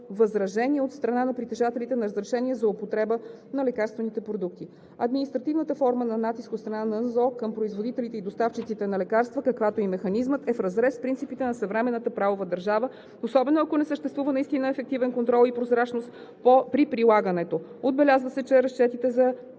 възражения от страна на притежателите на разрешения за употреба на лекарствените продукти. Административната форма на натиск от страна на Националната здравноосигурителна каса към производителите и доставчиците на лекарства, каквато е и механизмът, е в разрез с принципите на съвременната правова държава, особено ако не съществува наистина ефективен контрол и прозрачност при прилагането. Отбелязва се, че разчетите за